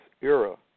era